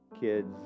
Kids